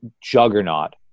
juggernaut